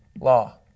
Law